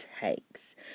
takes